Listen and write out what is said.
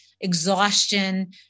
exhaustion